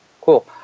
Cool